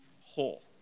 whole